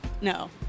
No